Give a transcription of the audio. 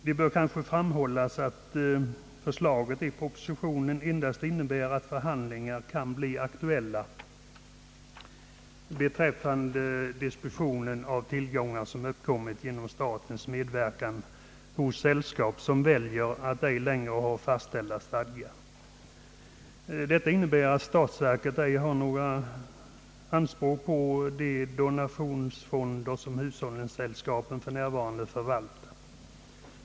Det bör kanske framhållas att förslaget i propositionen endast innebär, att förhandlingar kan bli aktuella beträffande dispositionen av tillgångar, som har uppkommit genom statens medverkan hos sällskap som väljer att ej längre ha fastställda stadgar. Detta innebär att statsverket inte har några anspråk på de donationsfonder, som hushållningssällskapen för närvarande förvaltar.